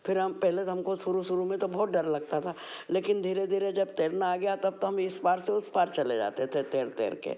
फिर हम पहले तो हमको शुरू शुरू में तो बहुत डर लगता था लेकिन धीरे धीरे जब तैरना आ गया तब तो हम इस पार से उस पार चले जाते थे तैर तैर के